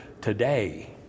Today